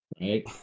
right